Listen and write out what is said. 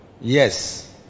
Yes